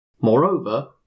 Moreover